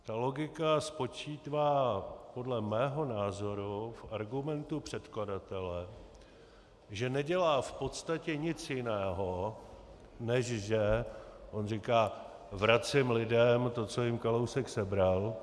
Ta logika spočívá podle mého názoru v argumentu předkladatele, že nedělá v podstatě nic jiného, než že on říká: vracím lidem to, co jim Kalousek sebral.